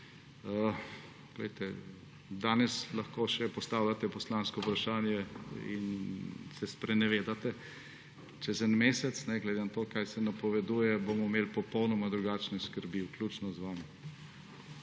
Danes lahko še postavljate poslansko vprašanje in se sprenevedate. Čez en mesec, glede na to, kaj se napoveduje, bomo imeli popolnoma drugačne skrbi, vključno z vami.